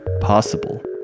possible